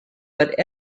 but